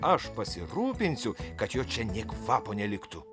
aš pasirūpinsiu kad jo čia nė kvapo neliktų